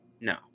no